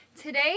Today